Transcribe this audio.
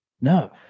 No